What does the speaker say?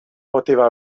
poteva